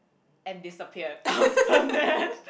and disappeared after that